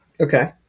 Okay